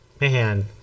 man